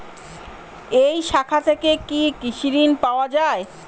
এই শাখা থেকে কি কৃষি ঋণ পাওয়া যায়?